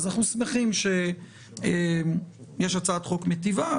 אנחנו שמחים שיש הצעת חוק מטיבה,